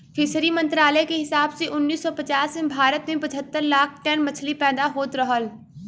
fishery मंत्रालय के हिसाब से उन्नीस सौ पचास में भारत में पचहत्तर लाख टन मछली पैदा होत रहल